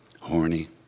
horny